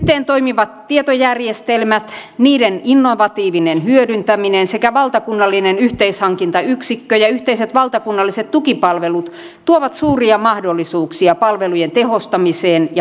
yhteen toimivat tietojärjestelmät niiden innovatiivinen hyödyntäminen sekä valtakunnallinen yhteishankintayksikkö ja yhteiset valtakunnalliset tukipalvelut tuovat suuria mahdollisuuksia palvelujen tehostamiseen ja parantamiseen